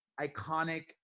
iconic